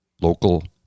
Local